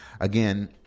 Again